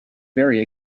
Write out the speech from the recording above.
very